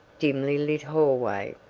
dimly lit hallway.